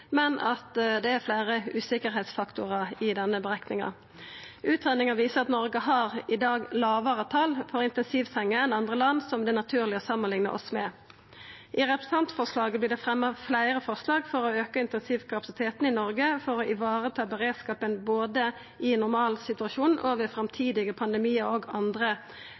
men at det er fleire usikkerheitsfaktorar i denne berekninga. Utgreiinga viser at Noreg i dag har lågare tal for intensivsenger enn land som det er naturleg å samanlikna seg med. I representantforslaget vert det fremja fleire forslag om å auka intensivkapasiteten i Noreg for å vareta beredskapen både i ein normal situasjon og ved framtidige pandemiar og andre